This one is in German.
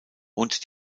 und